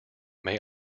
may